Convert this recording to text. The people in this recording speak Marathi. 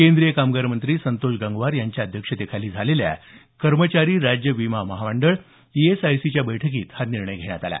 केंद्रीय कामगार मंत्री संतोष गंगवार यांच्या अध्यक्षतेखाली झालेल्या कर्मचारी राज्य विमा महामंडळ ईएसआयसीच्या बैठकीत हा निर्णय घेण्यात आला